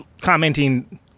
commenting